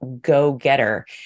go-getter